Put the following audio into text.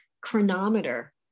chronometer